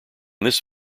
this